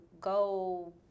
go